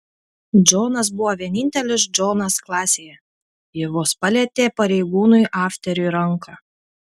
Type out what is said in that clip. džonas buvo vienintelis džonas klasėje ji vos palietė pareigūnui afteriui ranką